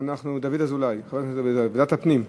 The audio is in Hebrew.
דוד אזולאי, ועדת הפנים?